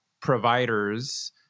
providers